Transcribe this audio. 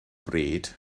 bryd